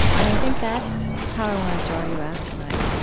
and i think that's how i want to draw you out tonight.